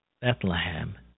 Bethlehem